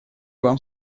вам